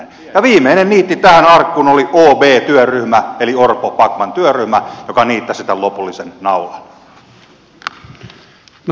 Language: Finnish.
ja viimeinen niitti tähän arkkuun oli ob työryhmä eli orpobackman työryhmä joka niittasi tämän lopullisen naulan